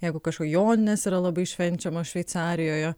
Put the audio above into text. jeigu kažko joninės yra labai švenčiamos šveicarijoje